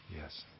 Yes